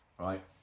Right